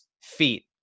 feet